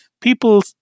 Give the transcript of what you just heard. people